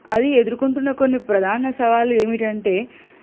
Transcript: అవి ఎదురుకొంటున్న కొన్ని ప్రధాన సవాళ్ళు ఏమిటంటే